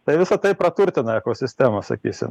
tai visa tai praturtina ekosistemą sakysim